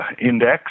index